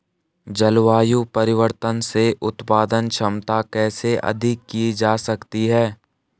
जलवायु परिवर्तन से उत्पादन क्षमता कैसे अधिक की जा सकती है?